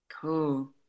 Cool